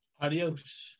Adios